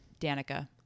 Danica